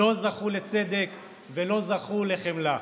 לא זכו לצדק ולא זכו לחמלה,